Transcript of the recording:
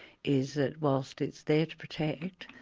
is that whilst it's there to protect,